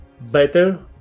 better